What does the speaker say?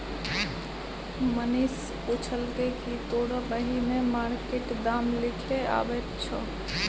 मनीष पुछलकै कि तोरा बही मे मार्केट दाम लिखे अबैत छौ